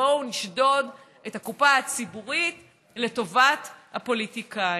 בואו נשדוד את הקופה הציבורית לטובת הפוליטיקאים.